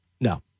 no